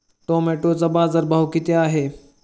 टोमॅटोचा बाजारभाव किती आहे?